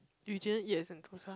you just now eat at Sentosa